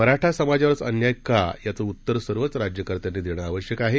मराठा समाजवरच अन्याय का याचे उत्तर सर्वच राज्यकर्त्यांनी देणं आवश्यक आहे